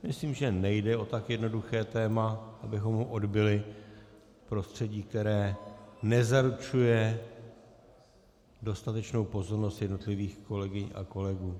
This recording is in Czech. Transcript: Myslím, že nejde o tak jednoduché téma, abychom ho odbyli v prostředí, které nezaručuje dostatečnou pozornost jednotlivých kolegyň a kolegů.